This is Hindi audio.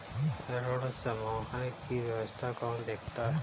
ऋण समूहन की व्यवस्था कौन देखता है?